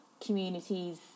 communities